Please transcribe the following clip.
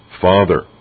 father